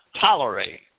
tolerate